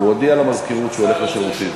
הוא הודיע למזכירות שהוא הלך לשירותים.